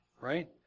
right